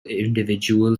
individual